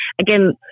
Again